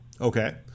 Okay